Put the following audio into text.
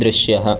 दृश्यः